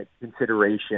consideration